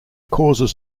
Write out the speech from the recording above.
causes